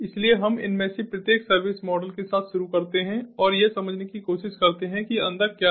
इसलिए हम इनमें से प्रत्येक सर्विस मॉडल के साथ शुरू करते हैं और यह समझने की कोशिश करते हैं कि अंदर क्या है